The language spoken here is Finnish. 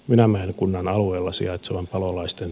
mynämäen kunnan alueella sijaitsevan palolaisten